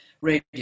radio